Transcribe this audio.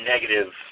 negative